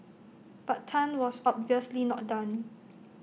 but Tan was obviously not done